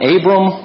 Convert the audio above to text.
Abram